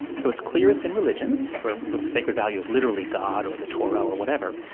so it's clearest in religions, where the sacred value is literally god or the torah or whatever,